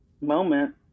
moment